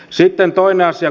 sitten toinen asia